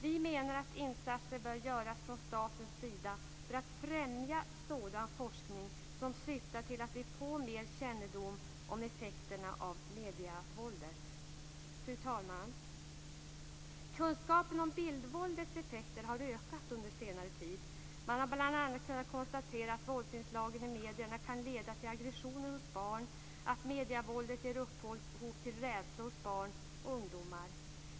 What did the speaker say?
Vi menar att insatser bör göras från statens sida för att främja sådan forskning som syftar till att vi får mer kännedom om effekterna av medievåldet. Fru talman! Kunskapen om bildvåldets effekter har ökat under senare tid. Man har bl.a. kunnat konstatera att våldsinslagen i medierna kan leda till aggressioner hos barn och att medievåldet ger upphov till rädsla hos barn och ungdomar.